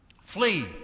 flee